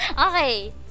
Okay